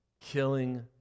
Killing